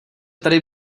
tedy